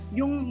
yung